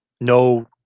no